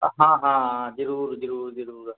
ਅ ਹਾਂ ਹਾਂ ਜ਼ਰੂਰ ਜ਼ਰੂਰ ਜ਼ਰੂਰ